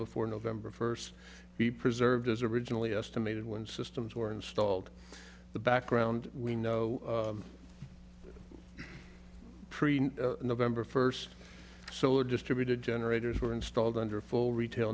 before november first be preserved as originally estimated when systems were installed the background we know november first solar distributed generators were installed under full retail